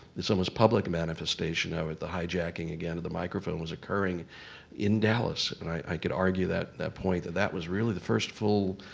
it's almost public manifestation now with the hijacking, again, of the microphone was occurring in dallas. and i could argue that that point, that that was really the first full